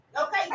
okay